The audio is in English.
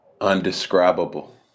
Undescribable